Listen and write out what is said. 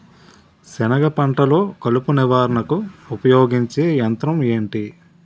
సెనగ పంటలో కలుపు నివారణకు ఉపయోగించే యంత్రం ఏంటి?